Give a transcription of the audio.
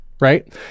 Right